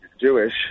Jewish